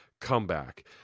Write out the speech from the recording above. comeback